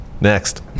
Next